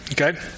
Okay